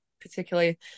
particularly